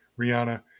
Rihanna